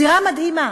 זירה מדהימה,